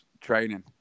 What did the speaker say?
training